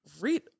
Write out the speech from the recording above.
read